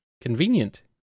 Convenient